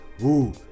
Woo